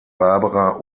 barbara